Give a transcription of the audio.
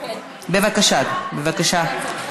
בבקשה, אדוני.